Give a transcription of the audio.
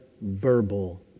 verbal